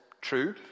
True